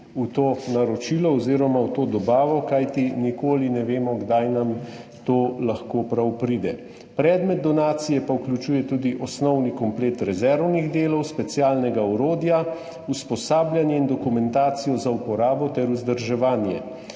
v to naročilo oziroma v to dobavo. Kajti nikoli ne vemo, kdaj nam to lahko prav pride. Predmet donacije pa vključuje tudi osnovni komplet rezervnih delov, specialnega orodja, usposabljanje in dokumentacijo za uporabo ter vzdrževanje.